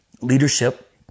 leadership